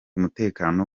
umutekano